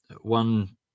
One